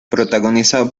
protagonizado